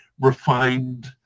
refined